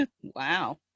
Wow